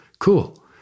cool